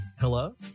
Hello